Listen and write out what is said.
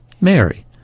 Mary